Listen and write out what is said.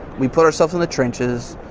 we put ourselves in the trenches,